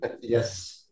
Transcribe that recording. Yes